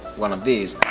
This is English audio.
one of these!